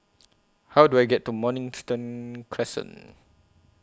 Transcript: How Do I get to Mornington Crescent